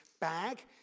bag